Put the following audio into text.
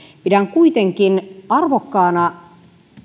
pidän kuitenkin arvokkaana